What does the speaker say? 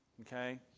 Okay